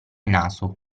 naso